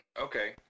Okay